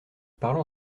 parlons